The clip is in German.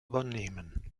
übernehmen